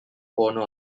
corner